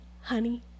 honey